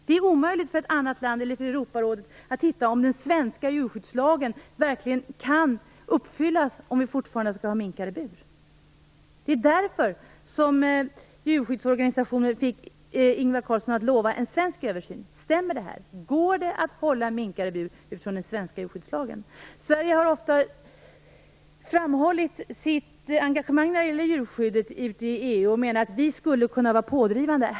Det är omöjligt för ett annat land eller för Europarådet att komma fram till om den svenska djurskyddslagen verkligen kan uppfyllas, om vi fortfarande skall ha minkar i bur. Det är därför som djurskyddsorganisationer fick Ingvar Carlsson att lova en svensk översyn. Stämmer det här? Går det att hålla minkar i bur utifrån den svenska djurskyddslagen? Sverige har i EU ofta framhållit sitt engagemang för djurskyddet och menar att vi skulle kunna vara pådrivande.